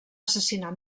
assassinar